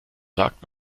sagt